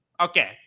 okay